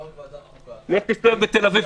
לא רק בוועדת החוקה --- לך תסתובב בתל אביב,